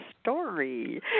story